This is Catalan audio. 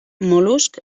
mol·luscs